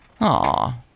Aw